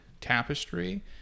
tapestry